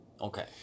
Okay